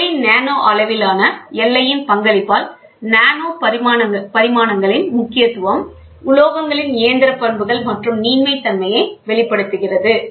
எனவே பொருளின் நானோ அளவிலான எல்லையின் பங்களிப்பால் நானோ பரிமாணங்களின் முக்கியத்துவம் உலோகங்களின் இயந்திரப் பண்புகள் மற்றும் நீண்மை தன்மையை வெளிப்படுத்துகிறது